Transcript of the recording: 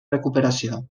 recuperació